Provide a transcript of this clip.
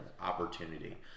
opportunity